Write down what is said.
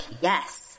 yes